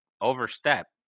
overstep